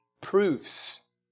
proofs